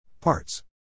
Parts